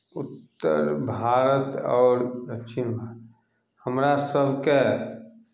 उत्तर भारत आओर दक्षिण भा हमरा सभके